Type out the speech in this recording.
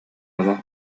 олох